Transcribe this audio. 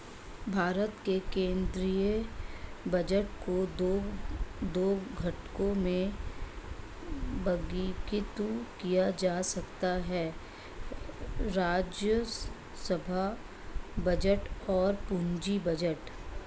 भारत के केंद्रीय बजट को दो घटकों में वर्गीकृत किया जा सकता है राजस्व बजट और पूंजी बजट